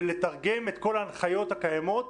ולתרגם את כל ההנחיות הקיימות.